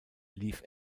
lief